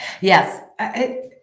Yes